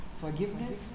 forgiveness